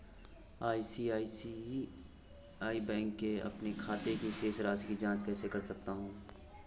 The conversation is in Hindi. मैं आई.सी.आई.सी.आई बैंक के अपने खाते की शेष राशि की जाँच कैसे कर सकता हूँ?